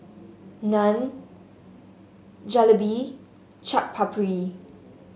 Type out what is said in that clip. Naan Jalebi Chaat Papri